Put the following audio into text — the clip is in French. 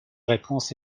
réponse